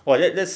oh that that's